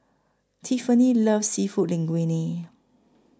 Tiffani loves Seafood Linguine